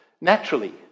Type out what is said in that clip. naturally